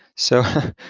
so,